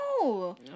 No